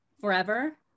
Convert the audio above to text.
forever